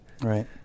Right